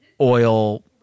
oil